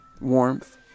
Warmth